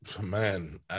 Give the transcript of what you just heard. man